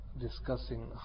discussing